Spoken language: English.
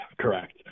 Correct